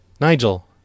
Nigel